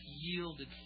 yielded